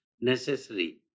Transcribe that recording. necessary